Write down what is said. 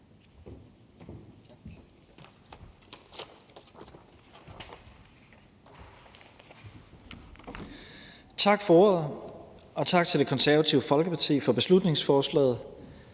Tak for ordet, og tak til Det Konservative Folkeparti for beslutningsforslaget.